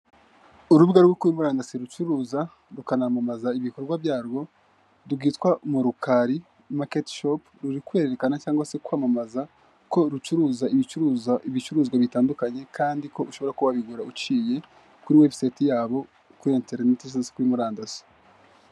Urubuga rwo kuri murandasi rucuruza rukanamamaza ibikorwa byarwo rwitwa mu Rukali maketi shopu ruri kwerekana cyangwa se kwamamaza ko rucuruza ibicuruzwa bitandukanye kandi ko ushobora kuba wabigura uciye kuri webusayiti yabo kuri enterinete cyangwa se kuri murandasi.